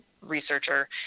researcher